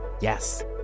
Yes